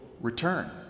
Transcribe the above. return